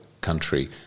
country